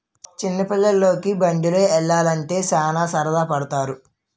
చిన్న పిల్లోలికి బండిలో యల్లాలంటే సాన సరదా పడతారు